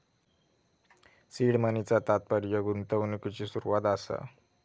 seed मनीचा तात्पर्य गुंतवणुकिची सुरवात असा